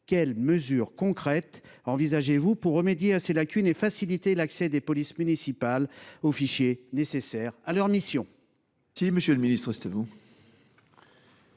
quelle mesure concrète envisagez vous de prendre pour remédier à ces lacunes et faciliter l’accès des polices municipales aux fichiers nécessaires à leur mission ?